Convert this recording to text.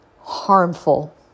harmful